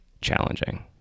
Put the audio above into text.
challenging